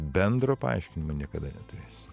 bendro paaiškinimo niekada neturėsi